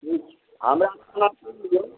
ठीक छै हमरा अपना